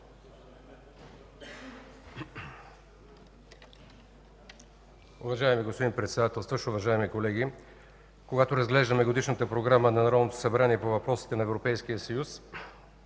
Уважаеми господин Председателстващ, уважаеми колеги! Когато разглеждаме Годишната програма на Народното събрание по въпросите на Европейския съюз,